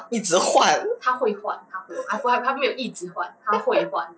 她会换